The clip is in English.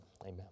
amen